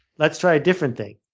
let's try a different thing.